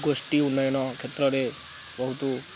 ଗୋଷ୍ଠୀ ଉନ୍ନୟନ କ୍ଷେତ୍ରରେ ବହୁତ